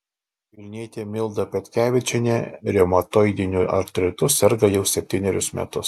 vilnietė milda petkevičienė reumatoidiniu artritu serga jau septynerius metus